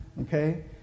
okay